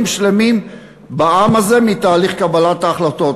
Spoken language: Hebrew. שלמים בעם הזה מתהליך קבלת ההחלטות.